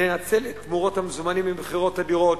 לנצל את תמורות המזומנים ממכירות הדירות